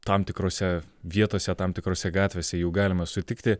tam tikrose vietose tam tikrose gatvėse jų galima sutikti